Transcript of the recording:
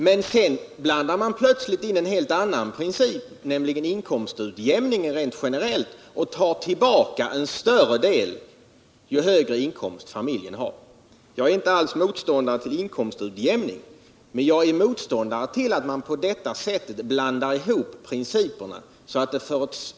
Men sedan blandar man plötsligt in en helt annan princip, nämligen den generella inkomstutjämningen, och tar tillbaka en större del ju högre inkomst familjen har. Jag är inte alls motståndare till inkomstutjämning, men jag är motståndare till att man på detta sätt blandar ihop principerna.